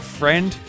friend